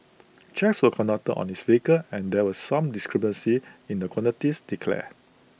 checks were conducted on his vehicle and there were some discrepancies in the quantities declared